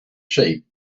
sheep